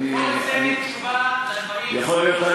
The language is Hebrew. יכול להיות.